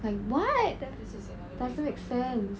like [what] doesn't make sense